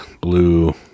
blue